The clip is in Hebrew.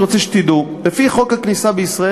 אני רוצה שתדעו: לפי חוק הכניסה לישראל